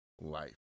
life